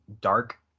dark